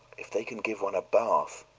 if they can give one a bath?